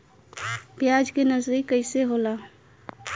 प्याज के नर्सरी कइसे होला?